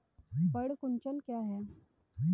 पर्ण कुंचन क्या है?